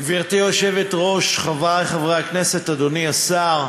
גברתי היושבת-ראש, חברי חברי הכנסת, אדוני השר,